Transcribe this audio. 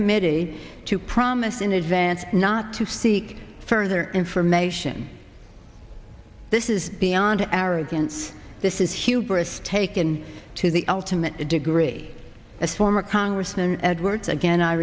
committee to promise in advance not to seek further information this is beyond arrogance this is hubris taken to the ultimate degree as former congressman edwards again i